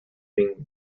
being